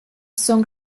son